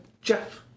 Jeff